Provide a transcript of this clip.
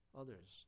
others